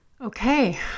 Okay